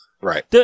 right